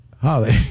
Holly